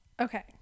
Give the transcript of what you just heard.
Okay